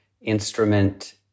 instrument